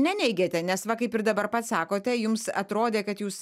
neneigiate nes va kaip ir dabar pats sakote jums atrodė kad jūs